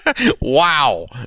Wow